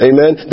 Amen